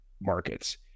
markets